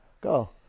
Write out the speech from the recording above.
Go